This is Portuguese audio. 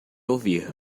ouvir